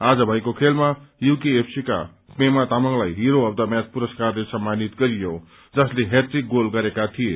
आज भएको खेलमा यूकेएफसी का पेमा तामाङलाई हिरो अफ द मैच पुरस्कारले सम्मानित गरियो जसले हटेरिक गोल गरेका थिए